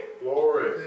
glory